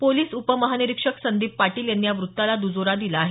police उपमहानिरीक्षक संदीप पाटील यांनी या व्त्ताला द्जोरा दिला आहे